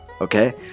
okay